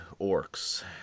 orcs